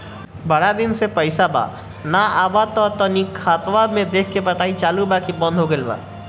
बारा दिन से पैसा बा न आबा ता तनी ख्ताबा देख के बताई की चालु बा की बंद हों गेल बा?